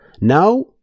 now